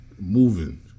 Moving